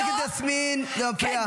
התצפיתניות ----- חברת הכנסת יסמין, זה מפריע.